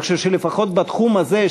אני חושב שלפחות בתחום הזה,